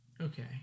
Okay